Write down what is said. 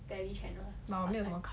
tele channel